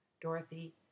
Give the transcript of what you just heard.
Dorothy